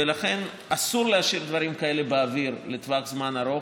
ולכן אסור להשאיר דברים כאלה באוויר לטווח זמן ארוך.